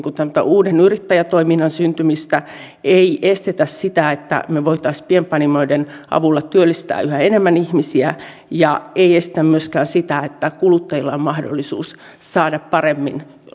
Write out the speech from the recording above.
tämmöistä uuden yrittäjätoiminnan syntymistä ei estetä sitä että me voisimme pienpanimoiden avulla työllistää yhä enemmän ihmisiä ja ei estetä myöskään sitä että kuluttajilla on paremmin mahdollisuus saada